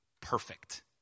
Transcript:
perfect